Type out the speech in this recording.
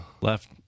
left